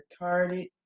retarded